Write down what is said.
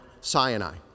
Sinai